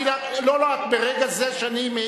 חבר הכנסת פיניאן, אני קורא לך לסדר פעם ראשונה.